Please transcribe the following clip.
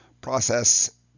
process